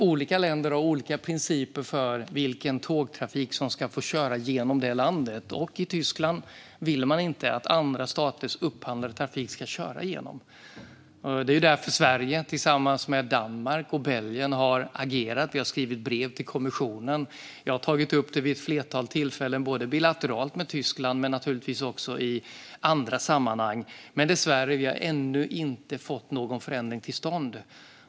Olika länder har olika principer för vilken tågtrafik som ska få köra genom respektive land. I Tyskland vill man inte att andra staters upphandlade trafik ska köra genom landet. Det är därför som Sverige har agerat tillsammans med Danmark och Belgien. Vi har skrivit brev till kommissionen. Jag har tagit upp detta vid ett flertal tillfällen både bilateralt med Tyskland och naturligtvis också i andra sammanhang. Men dessvärre har vi ännu inte fått någon förändring till stånd.